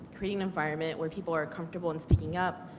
putting an environment where people are comfortable in speaking of,